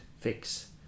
fix